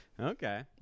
Okay